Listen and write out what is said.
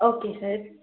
okay sir